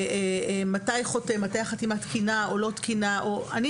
מתי החתימה תקינה או לא תקינה וכו' אני